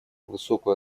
высокую